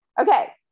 Okay